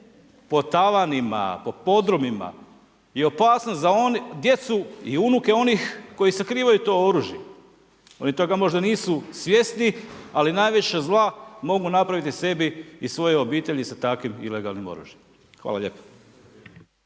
po tavanima, po podrumima je opasnost za djecu i unuke onih koji sakrivaju to oružje. Oni toga možda nisu svjesni, ali najveća zla mogu napraviti sebi i svojoj obitelji sa takvim ilegalnim oružjem. Hvala lijepa.